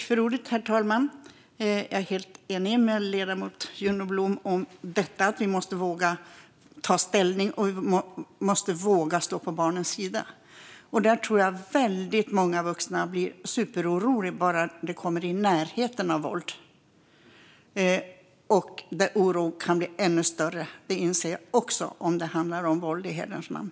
Herr talman! Jag är helt enig med ledamoten Juno Blom om att vi måste våga ta ställning och våga stå på barnens sida. Där tror jag att väldigt många vuxna blir superoroliga bara de kommer i närheten av våld. Jag inser också att den oron kan bli ännu större om det handlar om våld i hederns namn.